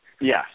Yes